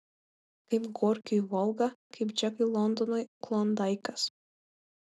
kaip gorkiui volga kaip džekui londonui klondaikas